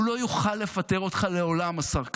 הוא לא יוכל לפטר אותך לעולם, השר כץ,